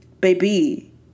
baby